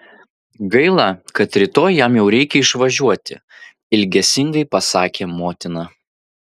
gaila kad rytoj jam jau reikia išvažiuoti ilgesingai pasakė motina